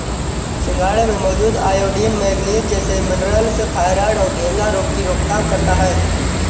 सिंघाड़े में मौजूद आयोडीन, मैग्नीज जैसे मिनरल्स थायरॉइड और घेंघा रोग की रोकथाम करता है